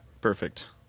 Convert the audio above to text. Perfect